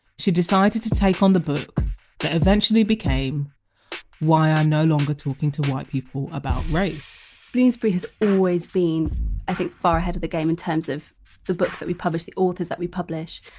she decided to to take on the book that eventually became why i'm no longer talking to white people about race bloomsbury has always been i think far ahead of the game in terms of the books that we publish the authors that we publish.